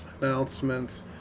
Announcements